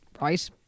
Right